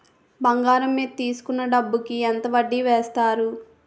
బంగారం మీద తీసుకున్న డబ్బు కి ఎంత వడ్డీ వేస్తారు?